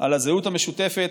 על הזהות המשותפת,